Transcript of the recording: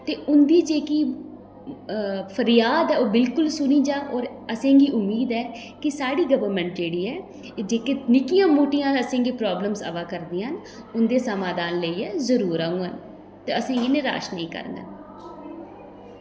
ते उंदी जेह्की फरियाद ऐ ओह् बिलकुल सुनी जाये असेंगी उम्मीद ऐ की साढ़ी गौरमेंट जेह्ड़ी ऐ ओह् जेह्कियां निक्कियां मुट्टियां असेंगी प्रॉब्लमस आवा करदियां उंदे समाधान लेइयै जरूर औङन ते असें इनेंगी नराश निं करना ऐ